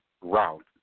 route